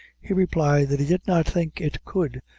he replied that he did not think it could,